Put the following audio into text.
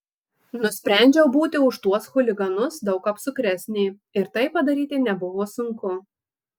nusprendžiau būti už tuos chuliganus daug apsukresnė ir tai padaryti nebuvo sunku